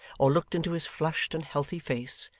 or looked into his flushed and healthy face,